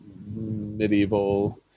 medieval